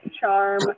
Charm